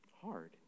hard